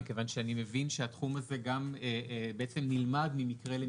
מכיוון שאני מבין שהתחום הזה גם נלמד ממקרה למקרה,